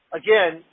again